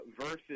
versus